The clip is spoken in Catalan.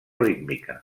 rítmica